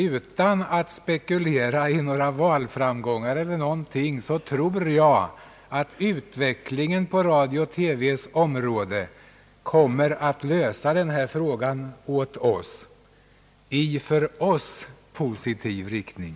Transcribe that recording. Utan att spekulera i några valframgångar tror jag att utvecklingen på radiooch TV-området kommer att lösa denna fråga åt oss i en för oss positiv riktning.